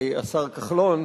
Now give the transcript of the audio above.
השר כחלון.